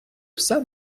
все